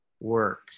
work